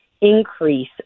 increase